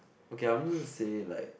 okay I'm just gonna say like